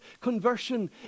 conversion